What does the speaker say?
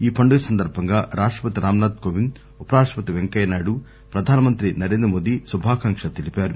ఈ పండుగ సందర్భంగా రాష్టపతి రామ్ నాథ్ కోవింద్ ఉపరాష్టపతి పెంకయ్యనాయుడు ప్రధానమంత్రి నరేంద్రమోదీ శుభాకాంక్షలు తెలిపారు